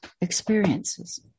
experiences